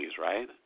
right